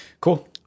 Cool